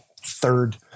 third